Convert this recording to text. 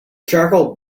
charcoal